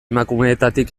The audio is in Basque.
emakumeetatik